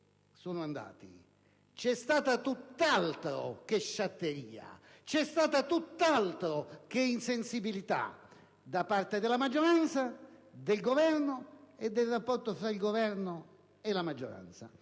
sono andati: c'è stata tutt'altro che sciatteria e insensibilità da parte della maggioranza, del Governo e del rapporto tra il Governo e la maggioranza!